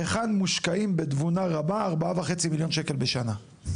היכן מושקעים בתבונה רבה 4.5 מיליון שקלים בשנה.